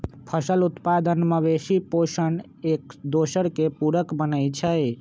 फसल उत्पादन, मवेशि पोशण, एकदोसर के पुरक बनै छइ